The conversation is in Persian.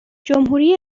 جمهوری